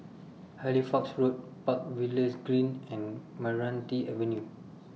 Halifax Road Park Villas Green and Meranti Avenue